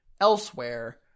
elsewhere